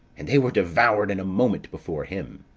and they were devoured in a moment before him.